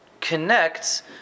connects